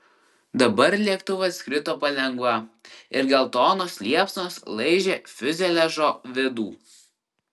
dabar lėktuvas krito palengva ir geltonos liepsnos laižė fiuzeliažo vidų